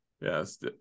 Yes